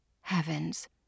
Heavens